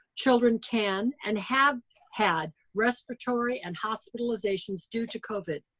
children can and have had respiratory and hospitalizations due to covid.